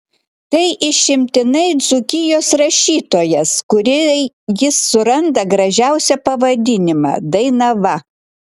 tai išimtinai dzūkijos rašytojas kuriai jis suranda gražiausią pavadinimą dainava